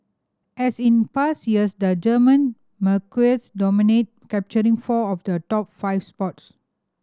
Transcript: as in past years the German marques dominate capturing four of the top five spots